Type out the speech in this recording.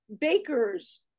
bakers